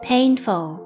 Painful